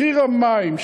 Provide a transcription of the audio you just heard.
מחיר המים,